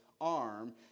arm